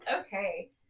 Okay